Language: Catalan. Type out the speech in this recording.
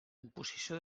imposició